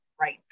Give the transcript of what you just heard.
right